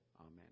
Amen